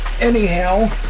Anyhow